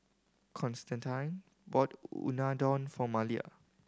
Constantine bought Unadon for Malia